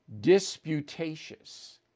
disputatious